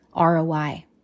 ROI